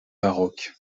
baroque